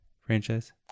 franchise